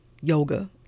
yoga